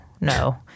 no